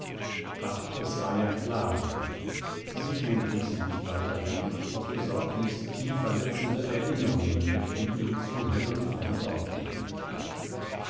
ach es war ja clara siegmund ließ ihn nicht weiter reden aus besorgnis tief verletzende erinnerungen möchten ihm zu hell und flammend aufgehen